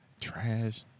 Trash